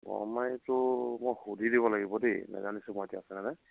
গমাৰিটো মই সুধি দিব লাগিব দেই নাজানিছো মই এতিয়া আছেনে নাই